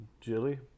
Jilly